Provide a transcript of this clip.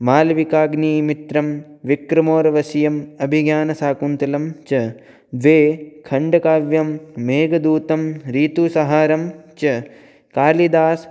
मालविकाग्निमित्रं विक्रमोर्वशीयम् अभिज्ञानशाकुन्तलं च द्वे खण्डकाव्यं मेघदूतम् ऋतुसंहारं च कालिदासः